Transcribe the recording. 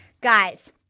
Guys